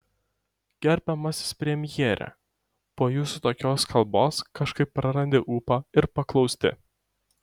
gerbiamasis premjere po jūsų tokios kalbos kažkaip prarandi ūpą ir paklausti